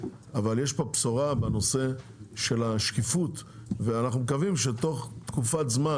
אבל יש פה בשורה בנושא של השקיפות ואנחנו מקווים שתוך תקופת זמן,